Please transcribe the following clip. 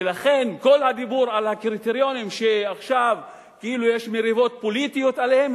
ולכן כל הדיבור על הקריטריונים שעכשיו יש מריבות פוליטיות עליהם,